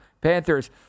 Panthers